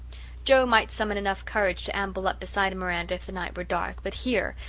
joe might summon enough courage to amble up beside miranda if the night were dark, but here,